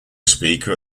speaker